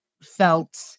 felt